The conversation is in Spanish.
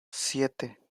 siete